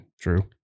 True